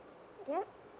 ya